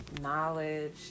knowledge